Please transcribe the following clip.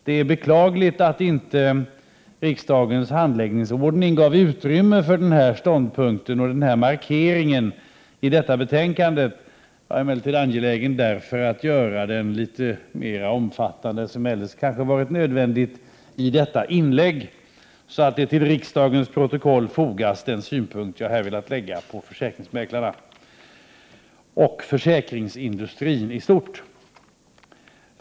Det är beklagligt att inte riksdagens handläggningsordning gav utrymme för denna ståndpunkt och markering i detta betänkande. Jag är därför angelägen om att göra den litet mera omfattande än vad som eljest kanske varit nödvändigt i detta inlägg, så att det till riksdagens protokoll fogas den synpunkt jag här velat lägga på försäkringsmäklarna och försäkringsindustrin i stort.